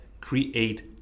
create